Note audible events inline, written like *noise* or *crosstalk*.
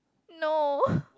no *laughs*